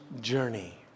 journey